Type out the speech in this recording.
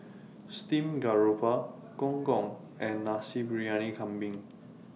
Steamed Garoupa Gong Gong and Nasi Briyani Kambing